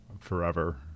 forever